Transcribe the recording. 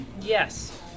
yes